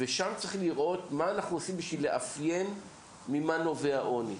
ושם צריך לראות מה אנחנו עושים בשביל לאפיין ממה נובע עוני.